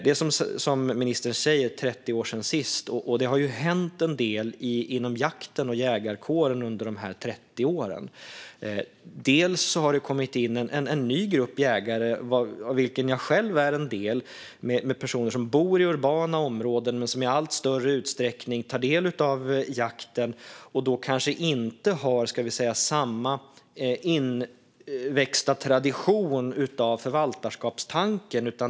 Det är, som ministern säger, 30 år sedan sist, och det har ju hänt en del inom jakten och jägarkåren under dessa 30 år. Det har kommit in en ny grupp jägare, av vilken jag själv är en del, med personer som bor i urbana områden men som i allt större utsträckning tar del av jakten och som då kanske inte har samma inväxta tradition av förvaltarskapstanken.